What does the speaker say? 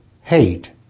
hate